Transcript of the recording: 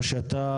או שאתה